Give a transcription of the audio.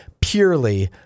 purely